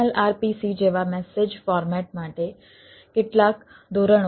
તેથી XML RPC જેવા message format માટે કેટલાક ધોરણો છે